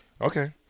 Okay